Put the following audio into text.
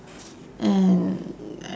and